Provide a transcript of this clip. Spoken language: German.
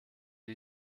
die